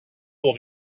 will